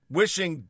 wishing